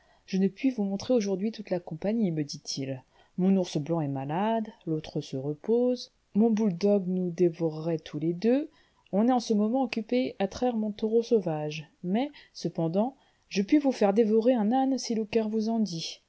je ne puis vous montrer aujourd'hui toute la compagnie me dit-il mon ours blanc est malade l'autre se repose mon boule dogue nous dévorerait tous les deux on est en ce moment occupé à traire mon taureau sauvage mais cependant je puis vous faire dévorer un âne si le coeur vous en